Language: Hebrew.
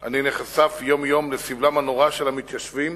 אני נחשף יום-יום לסבלם הנורא של המתיישבים